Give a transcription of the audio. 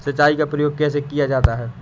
सिंचाई का प्रयोग कैसे किया जाता है?